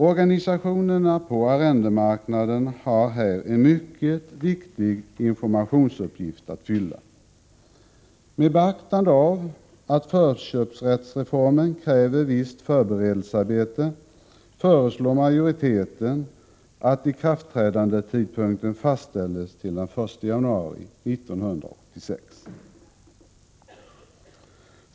Organisationerna på arrendemarknaden har här en mycket viktig informationsuppgift att fylla. Med beaktande av att förköpsrättsreformen kräver visst förberedelsearbete föreslår majoriteten att tidpunkten för ikraftträdandet fastställs till den 1 januari 1986.